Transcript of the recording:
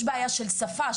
יש בעיה של שפה,